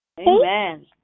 Amen